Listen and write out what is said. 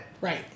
Right